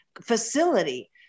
facility